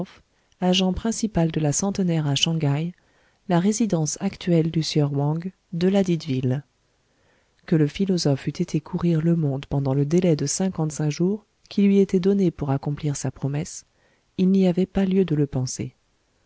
agent principal de la centenaire à shang haï la résidence actuelle du sieur wang de ladite ville que le philosophe eût été courir le monde pendant le délai de cinquante-cinq jours qui lui était donné pour accomplir sa promesse il n'y avait pas lieu de le penser